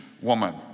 woman